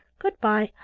good-bye!